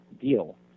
deal